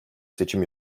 seçim